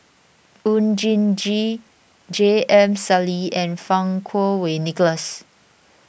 Oon Jin Gee J M Sali and Fang Kuo Wei Nicholas